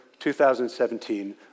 2017